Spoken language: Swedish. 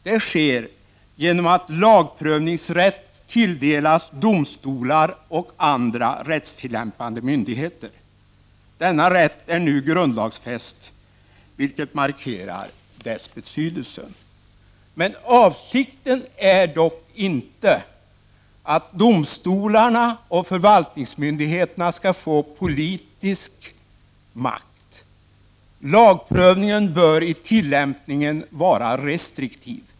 Det sker genom att lagprövningsrätt tilldelas domstolar och andra rättstillämpande myndigheter. Denna rätt är nu grundlagsfäst, vilket markerar dess betydelse. Avsikten är dock inte att domstolarna och förvaltningsmyndigheterna skall få politisk makt. Lagprövningen bör i tillämpningen vara restriktiv.